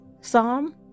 Psalm